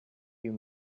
you